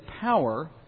power